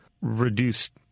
reduced